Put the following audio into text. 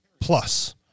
plus